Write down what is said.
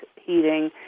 heating